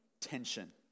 tension